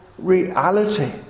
Reality